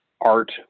art